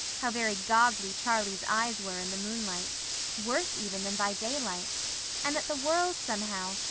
how very goggly charlie's eyes were in the moonlight worse even than by daylight and that the world, somehow,